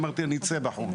אמרתי אני אצא בחוץ,